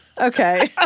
Okay